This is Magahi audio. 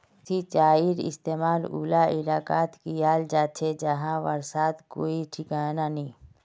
सिंचाईर इस्तेमाल उला इलाकात कियाल जा छे जहां बर्षार कोई ठिकाना नी